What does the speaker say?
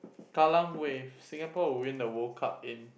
kallang Wave Singapore will win the World Cup in